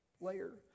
layer